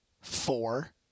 four